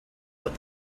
what